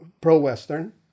pro-Western